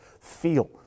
feel